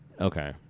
Okay